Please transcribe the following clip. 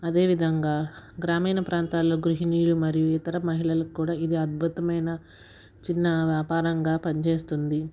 అదే విధంగా గ్రామీణ ప్రాంతాల్లో గృహిణులు మరియు ఇతర మహిళలకు కూడా ఇది అద్భుతమైన చిన్న వ్యాపారంగా పని చేస్తుంది